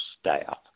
staff